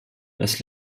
das